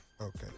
Okay